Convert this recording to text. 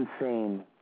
insane